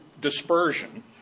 dispersion